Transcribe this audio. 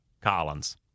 Collins